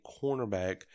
cornerback